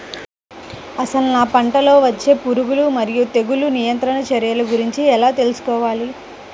అసలు నా పంటలో వచ్చే పురుగులు మరియు తెగులుల నియంత్రణ చర్యల గురించి ఎలా తెలుసుకోవాలి?